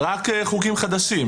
רק חוקים חדשים.